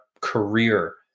career